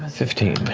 fifteen.